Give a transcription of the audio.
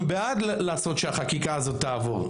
אנחנו בעד לעשות שהחקיקה הזאת תעבור,